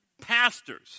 pastors